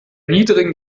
niedrigen